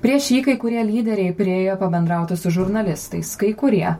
prieš jį kai kurie lyderiai priėjo pabendrauti su žurnalistais kai kurie